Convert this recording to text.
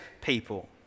people